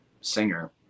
singer